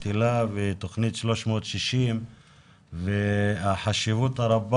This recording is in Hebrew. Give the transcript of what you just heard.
תוכנית היל"ה ותוכנית 360 והחשיבות הרבה